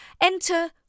Enter